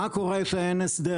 מה קורה כשאין הסדר?